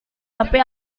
tapi